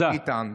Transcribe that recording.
אם ניתן.